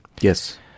Yes